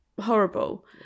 horrible